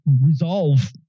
resolve